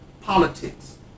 politics